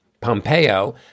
Pompeo